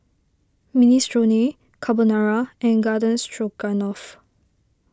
Minestrone Carbonara and Garden Stroganoff